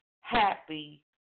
happy